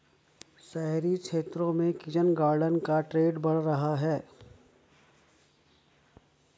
शहरी क्षेत्र में किचन गार्डन का ट्रेंड बढ़ रहा है